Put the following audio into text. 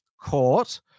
Court